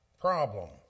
problem